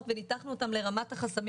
הליכי תכנון והליכי רישוי